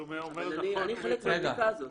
אני חלק מהבדיקה הזאת.